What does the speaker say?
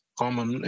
common